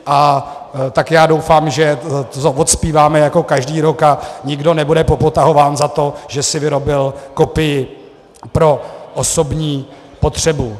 A tak doufám, že to odzpíváme jako každý rok a nikdo nebude popotahován za to, že si vyrobil kopii pro osobní potřebu.